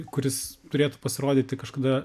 kuris turėtų pasirodyti kažkada